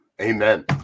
amen